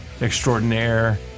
extraordinaire